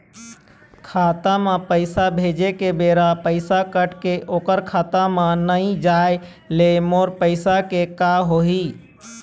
खाता म पैसा भेजे के बेरा पैसा कट के ओकर खाता म नई जाय ले मोर पैसा के का होही?